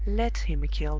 let him kill me,